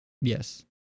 Yes